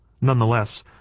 Nonetheless